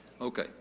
Okay